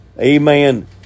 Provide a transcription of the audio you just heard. amen